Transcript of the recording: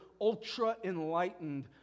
ultra-enlightened